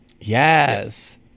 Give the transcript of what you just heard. Yes